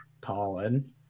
Colin